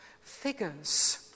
figures